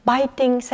Biting